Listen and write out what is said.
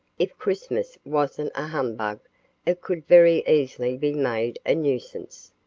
if christmas wasn't a humbug it could very easily be made a nuisance.